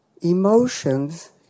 emotions